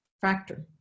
factor